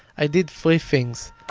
i did three things.